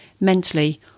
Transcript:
mentally